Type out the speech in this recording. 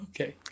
Okay